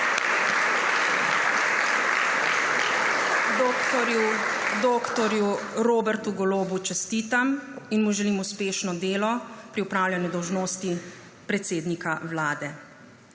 Dr. Robertu Golobu čestitam in mu želim uspešno delo pri opravljanju dolžnosti predsednika Vlade.